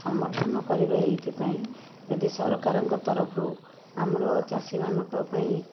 ସମର୍ଥନ କରିବେ ଏଥିପାଇଁ ଯଦି ସରକାରଙ୍କ ତରଫରୁ ଆମର ଚାଷୀମାନଙ୍କ ପାଇଁ